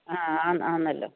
ആ ആ ആന്നല്ലോ